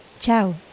Ciao